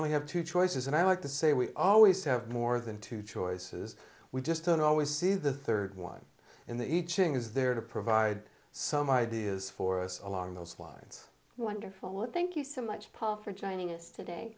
only have two choices and i like to say we always have more than two choices we just don't always see the third one and the iching is there to provide some ideas for us along those lines wonderful would thank you so much paul for joining us today